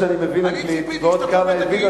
מכיוון שאני מבין אנגלית ועוד כמה הבינו,